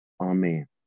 Amen